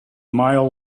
mile